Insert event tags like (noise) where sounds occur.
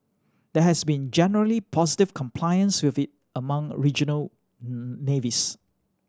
there has been generally positive compliance with it among regional (hesitation) navies